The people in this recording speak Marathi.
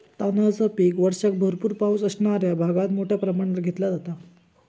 तांदळाचा पीक वर्षाक भरपूर पावस असणाऱ्या भागात मोठ्या प्रमाणात घेतला जाता